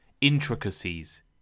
Intricacies